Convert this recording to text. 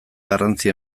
garrantzi